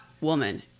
woman